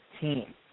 team